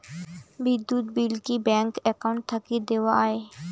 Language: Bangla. বিদ্যুৎ বিল কি ব্যাংক একাউন্ট থাকি দেওয়া য়ায়?